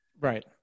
Right